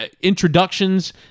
introductions